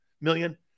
million